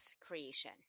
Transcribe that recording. creation